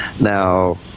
Now